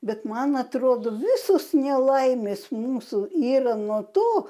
bet man atrodo visos nelaimės mūsų yra nuo to